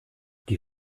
die